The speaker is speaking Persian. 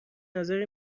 نظری